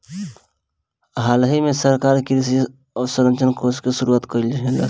हालही में सरकार कृषि अवसंरचना कोष के शुरुआत कइलस हियअ